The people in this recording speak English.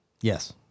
Yes